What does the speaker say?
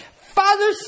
father